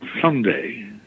someday